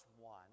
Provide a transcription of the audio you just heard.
one